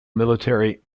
military